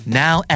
now